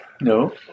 No